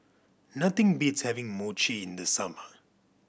nothing beats having Mochi in the summer